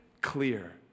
clear